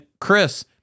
Chris